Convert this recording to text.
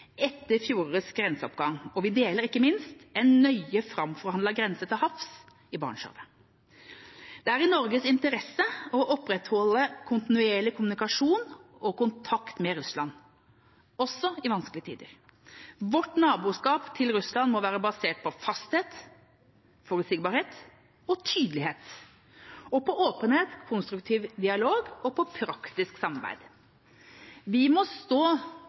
etter fjorårets grenseoppgang – og vi deler, ikke minst, en nøye framforhandlet grense til havs i Barentshavet. Det er i Norges interesse å opprettholde kontinuerlig kommunikasjon og kontakt med Russland, også i vanskelige tider. Vårt naboskap til Russland må være basert både på fasthet, forutsigbarhet og tydelighet – og på åpenhet, konstruktiv dialog og praktisk samarbeid. Vi må stå